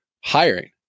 hiring